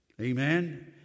Amen